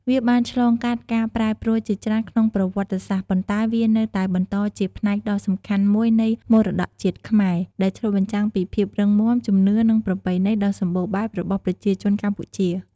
វាបានឆ្លងកាត់ការប្រែប្រួលជាច្រើនក្នុងប្រវត្តិសាស្ត្រ ប៉ុន្តែវានៅតែបន្តជាផ្នែកដ៏សំខាន់មួយនៃមរតកជាតិខ្មែរ ដែលឆ្លុះបញ្ចាំងពីភាពរឹងមាំ ជំនឿ និងប្រពៃណីដ៏សម្បូរបែបរបស់ប្រជាជនកម្ពុជា។